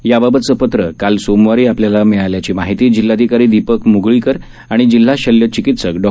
याबाबतचं पत्रं काल सोमवारी आपल्याला मिळाल्याची माहिती जिल्हाधिकारी दिपक मुगळीकर आणि जिल्हा शल्य चिकित्सक डॉ